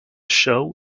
show